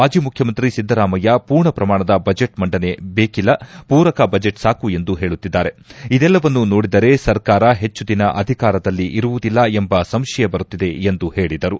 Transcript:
ಮಾಜಿ ಮುಖ್ಯಮಂತ್ರಿ ಸಿದ್ದರಾಮಯ್ಯ ಪೂರ್ಣ ಪ್ರಮಾಣದ ಬಜೆಟ್ ಮಂಡನೆ ಬೇಕಿಲ್ಲ ಪೂರಕ ಬಜೆಟ್ ಸಾಕು ಎಂದು ಹೇಳುತ್ತಿದ್ದಾರೆ ಇದೆಲ್ಲವನ್ನೂ ನೋಡಿದರೆ ಸರ್ಕಾರ ಹೆಚ್ಚು ದಿನ ಅಧಿಕಾರದಲ್ಲಿ ಇರುವುದಿಲ್ಲ ಎಂಬ ಸಂಶಯ ಬರುತ್ತಿದೆ ಎಂದು ಹೇಳಿದರು